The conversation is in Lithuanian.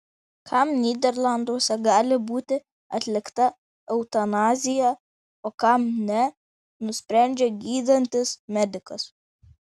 kam nyderlanduose gali būti atlikta eutanazija o kam ne nusprendžia gydantis medikas